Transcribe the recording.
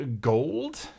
gold